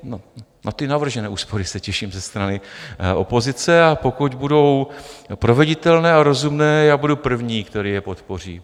Na ty navržené úspory se těším ze strany opozice, a pokud budou proveditelné a rozumné, budu první, který je podpoří.